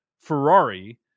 ferrari